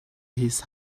his